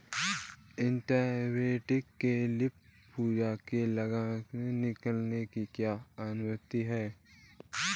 Investor के लिए पूंजी की लागत निकालने की क्या अहमियत है?